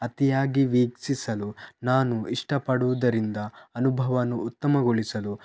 ಅತಿಯಾಗಿ ವೀಕ್ಷಿಸಲು ನಾನು ಇಷ್ಟ ಪಡುವುದರಿಂದ ಅನುಭವನು ಉತ್ತಮಗೊಳಿಸಲು